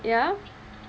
ya